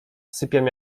sypiam